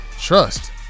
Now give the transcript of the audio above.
trust